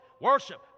worship